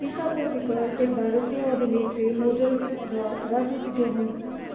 ईशा कोप्पिकर एक भारतीय अभिनेत्री मोडेल र राजनीतिज्ञ हुन्